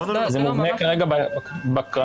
זה מובנה כרגע בקרנות.